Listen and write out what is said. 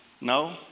No